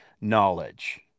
knowledge